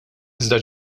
iżda